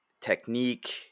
technique